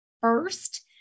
first